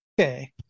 Okay